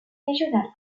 régional